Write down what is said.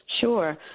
Sure